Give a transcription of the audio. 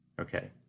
Okay